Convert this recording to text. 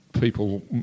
people